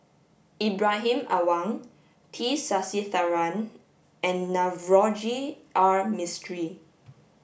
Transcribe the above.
Ibrahim Awang T Sasitharan and Navroji R Mistri